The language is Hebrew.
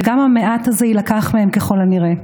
וגם המעט הזה יילקח מהם ככל הנראה.